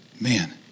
man